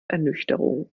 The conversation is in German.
ernüchterung